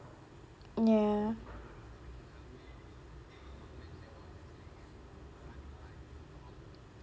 ya